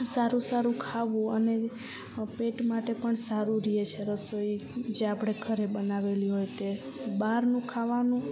સારું સારું ખાવું અને પેટ માટે પણ સારું રહીએ છે રસોઈ જે આપણે ઘરે બનાવેલી હોય તે બહારનું ખાવાનું